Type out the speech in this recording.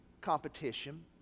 competition